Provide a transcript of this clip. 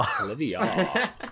Olivia